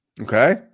Okay